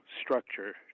structure